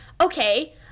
okay